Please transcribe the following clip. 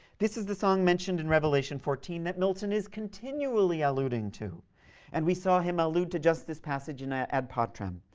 this is the song mentioned in revelation fourteen that milton is continually alluding to and we saw him allude to just this passage in ah ad patrem.